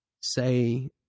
say